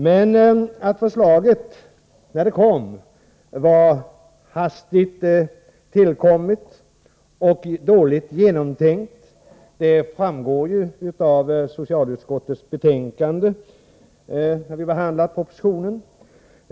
Men när förslaget kom var det hastigt hopkommet och dåligt genomtänkt, vilket framgår av socialutskottets betänkande, där vi har behandlat propositionen.